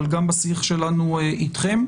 אבל גם בשיח שלנו אתכם,